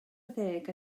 ddeg